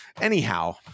anyhow